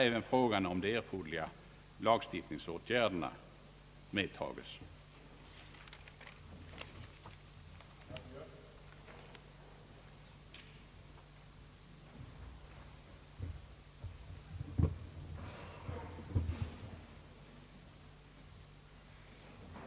Även frågan om de erforderliga lagstiftningsåtgärderna fordrar att belysas från regeringens sida.